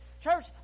Church